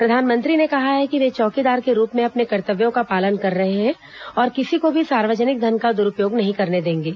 प्रधानमंत्री ने कहा है कि वे चौकीदार के रूप में अपने कर्तव्यों का पालन कर रहे हैं और किसी को भी सार्वजनिक धन का दुरूपयोग नहीं करने देंगे